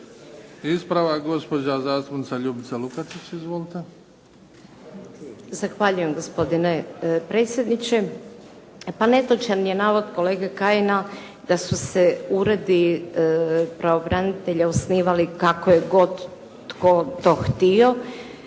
Ispravak gospođa zastupnica Ljubica Lukačić. Izvolite. **Lukačić, Ljubica (HDZ)** Zahvaljujem gospodine predsjedniče. Pa netočan je navod kolega Kajina da su se uredi pravobranitelja osnivali kako je god tko to htio,